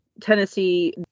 Tennessee